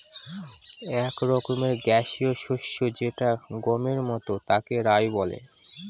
এক রকমের গ্যাসীয় শস্য যেটা গমের মতন তাকে রায় বলে